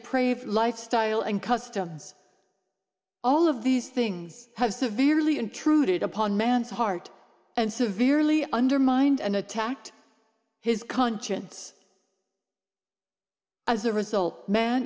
deprived lifestyle and customs all of these things have severely intruded upon man's heart and severely undermined and attacked his conscience as a result man